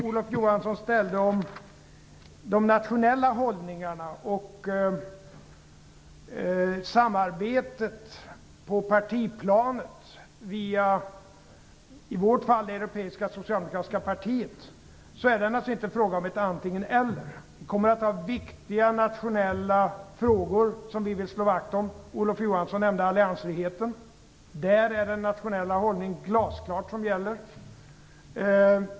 Olof Johansson ställde en fråga om de nationella hållningarna och om samarbetet på partiplanet via, i vårt fall, det europeiska socialdemokratiska partiet. Det är naturligtvis inte en fråga om antingen eller. Viktiga nationella frågor vill vi slå vakt om. Olof Johansson nämnde alliansfriheten. Där är det glasklart den nationella hållningen som gäller.